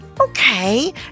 Okay